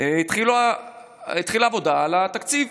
התחילה העבודה על התקציב.